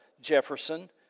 Jefferson